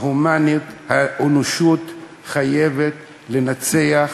ההומניות, האנושיות, חייבת לנצח,